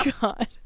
God